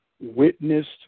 witnessed